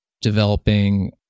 developing